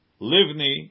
Livni